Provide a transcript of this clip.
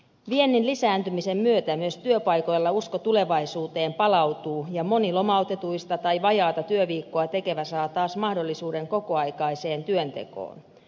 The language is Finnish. viennin lisääntymisen myötä myös työpaikoilla usko tulevaisuuteen palautuu ja moni lomautettu tai vajaata työviikkoa tekevä saa taas mahdollisuuden kokoaikaiseen työntekoon